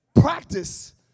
practice